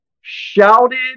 shouted